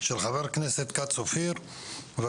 של חבר הכנסת אופיר כץ.